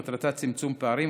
מטרתה צמצום פערים,